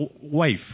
wife